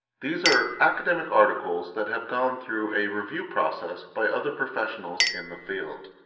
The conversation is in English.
these are academic articles that have gone through a review process by other professionals in the field.